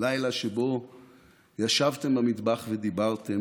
לילה שבו ישבתם במטבח ודיברתם,